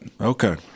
Okay